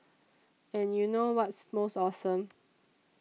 and you know what's most awesome